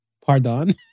pardon